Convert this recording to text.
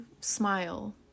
smile